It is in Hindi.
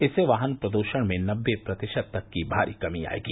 इससे वाहन प्रदूषण में नबे प्रतिशत तक की भारी कमी आयेगी